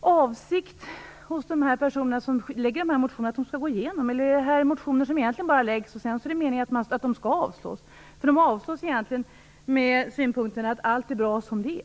avsikten hos de personer som väcker sådana här motioner att motionerna skall gå igenom? Är det meningen att de motioner som väcks bara skall avslås? De avslås ju egentligen med synpunkten att det är bra som det är.